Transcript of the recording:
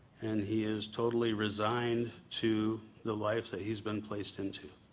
and he is totally resigned to the life that he's been placed into.